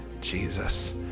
Jesus